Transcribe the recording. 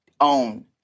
own